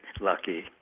lucky